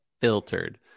filtered